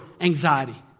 anxiety